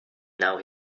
now